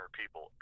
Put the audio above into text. people